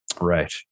Right